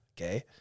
Okay